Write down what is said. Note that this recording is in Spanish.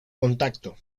contacto